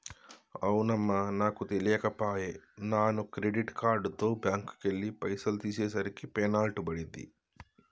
అవునమ్మా నాకు తెలియక పోయే నాను క్రెడిట్ కార్డుతో బ్యాంకుకెళ్లి పైసలు తీసేసరికి పెనాల్టీ పడింది